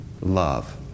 love